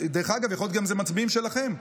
דרך אגב, יכול להיות גם שאלה מצביעים שלכם.